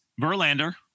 verlander